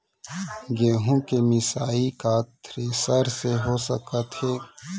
गेहूँ के मिसाई का थ्रेसर से हो सकत हे?